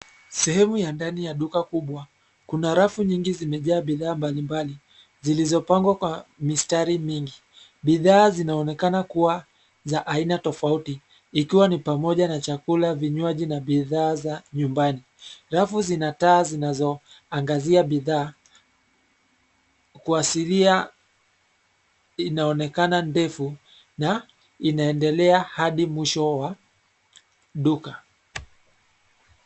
Sehemu ya ndani ya duka kubwa kuna rafu nyingi zimejaa bidhaa mbalimbali, zilizopangwa kwa mistari mingi. Bidhaa zinaonekana kuwa za aina tofauti ikiwa ni pamoja na chakula, vinywaji na bidhaa za nyumbani. Rafu zina taa zinazoangazia bidhaa. Kwa asilia inaonekana ndefu na inaendelea hadi mwisho wa duka.